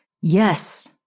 Yes